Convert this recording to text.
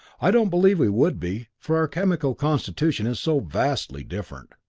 i don't believe we would be, for our chemical constitution is so vastly different.